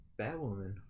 Batwoman